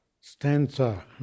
stanza